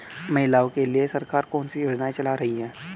महिलाओं के लिए सरकार कौन सी योजनाएं चला रही है?